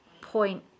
point